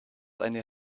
eine